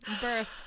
Birth